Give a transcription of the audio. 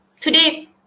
today